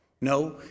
No